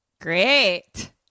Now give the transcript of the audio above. great